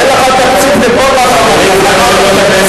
אין לך תקציב לכל מה שאתה אומר.